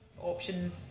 option